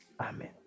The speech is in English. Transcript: Amen